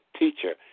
teacher